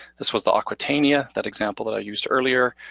this was the aquatania, that example that i used earlier.